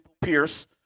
Pierce